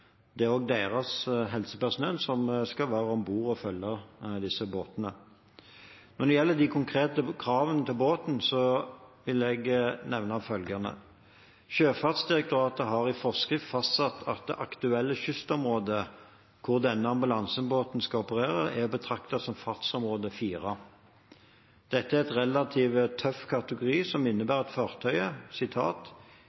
Det er også deres helsepersonell som skal være om bord og følge disse båtene. Når det gjelder de konkrete kravene til båten, vil jeg nevne følgende: Sjøfartsdirektoratet har i forskrift fastsatt at det aktuelle kystområdet hvor denne ambulansebåten skal operere, er å betrakte som «fartsområde 4». Dette er en relativt tøff kategori som